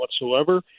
whatsoever